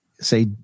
say